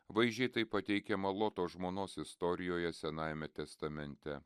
vaizdžiai tai pateikiama loto žmonos istorijoje senajame testamente